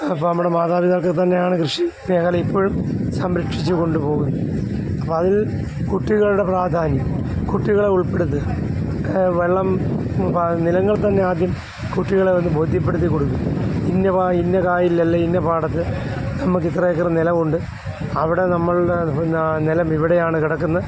അപ്പം നമ്മുടെ മാതാപിതാക്കൾ തന്നെയാണ് കൃഷി മേഖല ഇപ്പഴും സംരക്ഷിച്ചുകൊണ്ട് പോകുന്നത് അപ്പം അതിൽ കുട്ടികളുടെ പ്രാധാന്യം കുട്ടികളെ ഉൾപ്പെടുത്തുക വെള്ളം നിലങ്ങൾ തന്നെ ആദ്യം കുട്ടികളെ ഒന്ന് ബോധ്യപ്പെടുത്തി കൊടുക്കുക ഇന്നവാ ഇന്ന കായലിൽ അല്ല ഇന്ന പാടത്ത് നമുക്ക് ഇത്രയേക്കർ നിലമുണ്ട് അവിടെ നമ്മളുടെ പിന്നെ നിലം ഇവിടെയാണ് കിടക്കുന്നത്